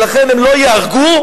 ולכן הם לא ייהרגו,